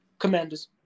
Commanders